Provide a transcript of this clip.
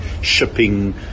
shipping